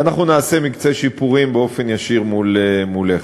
נעשה מקצה שיפורים באופן ישיר מולך.